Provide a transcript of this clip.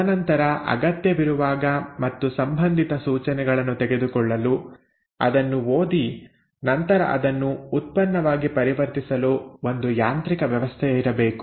ತದನಂತರ ಅಗತ್ಯವಿರುವಾಗ ಮತ್ತು ಸಂಬಂಧಿತ ಸೂಚನೆಗಳನ್ನು ತೆಗೆದುಕೊಳ್ಳಲು ಅದನ್ನು ಓದಿ ನಂತರ ಅದನ್ನು ಉತ್ಪನ್ನವಾಗಿ ಪರಿವರ್ತಿಸಲು ಒಂದು ಯಾಂತ್ರಿಕ ವ್ಯವಸ್ಥೆ ಇರಬೇಕು